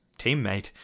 teammate